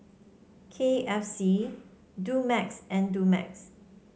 K F C Dumex and Dumex